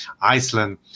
Iceland